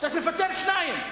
צריך לפטר שניים.